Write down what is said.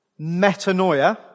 metanoia